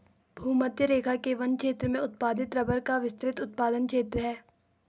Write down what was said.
भूमध्यरेखा के वन क्षेत्र में उत्पादित रबर का विस्तृत उत्पादन क्षेत्र है